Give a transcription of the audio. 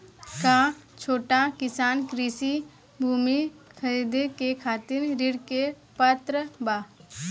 का छोट किसान कृषि भूमि खरीदे के खातिर ऋण के पात्र बा?